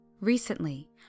Recently